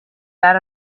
that